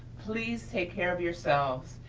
please take care of yourselves,